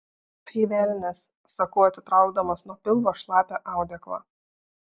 tai velnias sakau atitraukdamas nuo pilvo šlapią audeklą